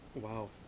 Wow